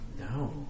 No